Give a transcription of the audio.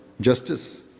justice